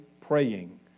praying